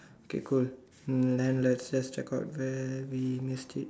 okay cool then let's just check out where we missed it